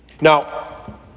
Now